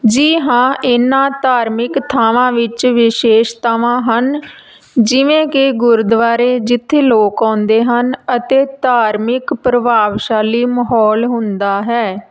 ਜੀ ਹਾਂ ਇਹਨਾਂ ਧਾਰਮਿਕ ਥਾਵਾਂ ਵਿੱਚ ਵਿਸੇਸ਼ਤਾਵਾਂ ਹਨ ਜਿਵੇਂ ਕਿ ਗੁਰਦੁਆਰੇ ਜਿੱਥੇ ਲੋਕ ਆਉਂਦੇ ਹਨ ਅਤੇ ਧਾਰਮਿਕ ਪ੍ਰਭਾਵਸ਼ਾਲੀ ਮਾਹੌਲ ਹੁੰਦਾ ਹੈ